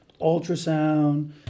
ultrasound